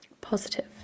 positive